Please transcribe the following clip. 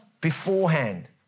beforehand